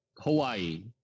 Hawaii